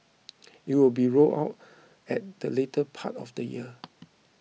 it will be rolled out at the later part of the year